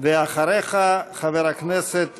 ואחריך, חבר הכנסת